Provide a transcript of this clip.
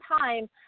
time